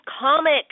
comic